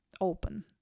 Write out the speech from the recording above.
open